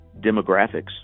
demographics